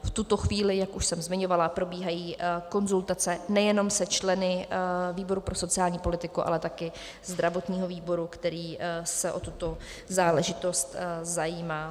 V tuto chvíli, jak už jsem zmiňovala, probíhají konzultace nejenom se členy výboru pro sociální politiku, ale také zdravotního výboru, který se o tuto záležitost zajímá.